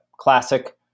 classic